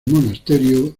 monasterio